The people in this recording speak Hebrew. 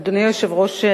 אדוני היושב-ראש,